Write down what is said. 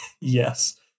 yes